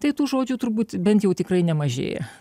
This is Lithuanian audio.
tai tų žodžių turbūt bent jau tikrai nemažėja